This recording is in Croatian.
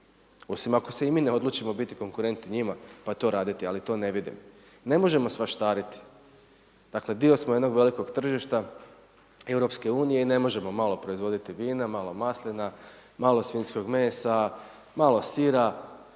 osim ako se i mi ne odlučimo biti konkurentni njima, pa to raditi. Ali to ne vidim. Ne možemo svaštariti. Dakle, dio smo jednog velikog tržišta Europske unije i ne možemo malo proizvoditi vina, malo maslina, malo svinjskog mesa, malo sira.